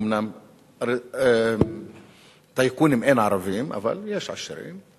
אומנם טייקונים, אין ערבים, אבל יש עשירים.